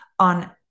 on